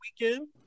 weekend